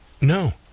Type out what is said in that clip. No